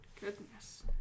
Goodness